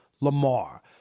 Lamar